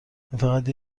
فقط